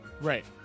Right